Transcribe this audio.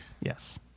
Yes